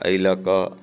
एहि लऽ कऽ